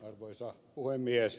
arvoisa puhemies